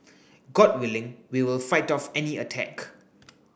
god willing we will fight off any attack